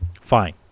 Fine